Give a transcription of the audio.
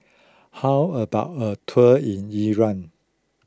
how about a tour in Iran